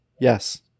Yes